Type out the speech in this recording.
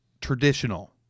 traditional